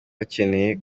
bakeneye